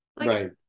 Right